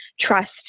trust